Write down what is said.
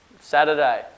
Saturday